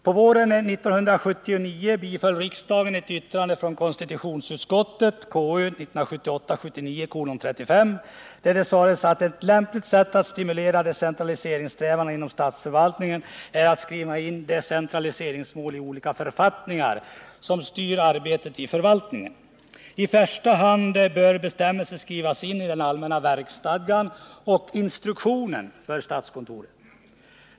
På våren 1979 biföll riksdagen ett yttrande från konstitutionsutskottet, 1978/79:35, där det sades att ”ett lämpligt sätt att stimulera decentraliseringssträvandena inom statsförvaltningen är att skriva in ett decentraliseringsmål i olika författningar som styr arbetet i förvaltningen. I första hand bör bestämmelser skrivas in i allmänna verksstadgan och instruktionen för statskontoret.